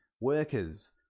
workers